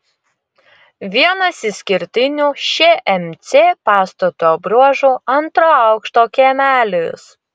vienas išskirtinių šmc pastato bruožų antro aukšto kiemelis